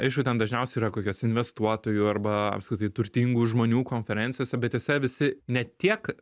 aišku ten dažniausiai yra kokios investuotojų arba apskritai turtingų žmonių konferencijos bet jose visi ne tiek